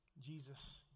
Jesus